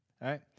right